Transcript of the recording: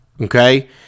Okay